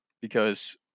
because-